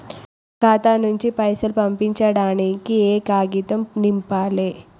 నా ఖాతా నుంచి పైసలు పంపించడానికి ఏ కాగితం నింపాలే?